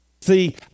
See